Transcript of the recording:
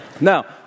Now